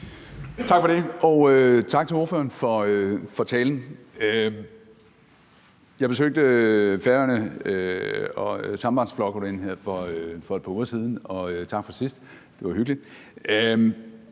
Tak for det, og tak til ordføreren for talen. Jeg besøgte Færøerne og Sambandsflokkurin her for et par uger siden – og tak for sidst, det var hyggeligt